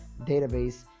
database